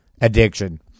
addiction